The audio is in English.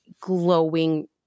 glowing